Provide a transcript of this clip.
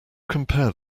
compare